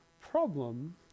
problem